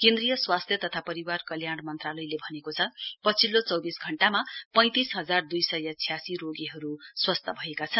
केन्द्रीय स्वास्थ्य तथा परिवार कल्याण मन्त्रालयले भनेको छ पछिल्लो चौविस घण्टामा पैंतिस हजार दुई सय छ्यासी रोगीहरु स्वस्थ भएका छन्